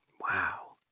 Wow